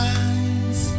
eyes